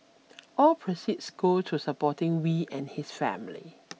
all proceeds go to supporting Wee and his wife